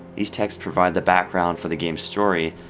these texts provide the background for the game's story,